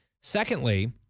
Secondly